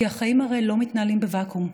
כי החיים הרי לא מתנהלים בוואקום.